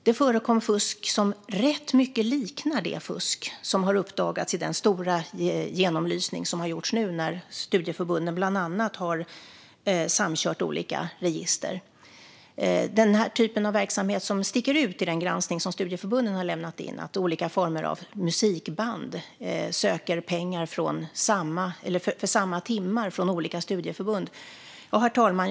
Det förekom fusk som rätt mycket liknar det fusk som har uppdagats i den stora genomlysning som har gjorts nu när studieförbunden bland annat har samkört olika register. Att olika former av musikband söker pengar för samma timmar från olika studieförbund är en typ av verksamhet som sticker ut i den granskning som studieförbunden har lämnat in. Herr talman!